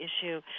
issue